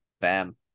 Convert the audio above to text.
BAM